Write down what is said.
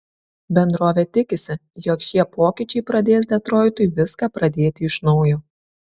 bendrovė tikisi jog šie pokyčiai pradės detroitui viską pradėti iš naujo